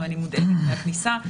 אם אני מודאגת מהכניסה,